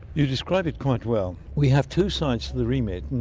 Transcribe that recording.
you describe it quite well. we have two sides to the remit,